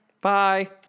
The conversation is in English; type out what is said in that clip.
Bye